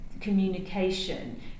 communication